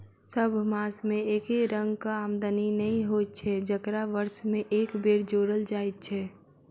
सभ मास मे एके रंगक आमदनी नै होइत छै जकरा वर्ष मे एक बेर जोड़ल जाइत छै